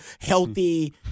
healthy